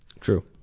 True